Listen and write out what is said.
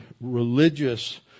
religious